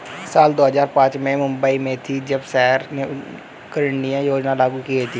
साल दो हज़ार पांच में मैं मुम्बई में थी, जब शहरी नवीकरणीय योजना लागू की गई थी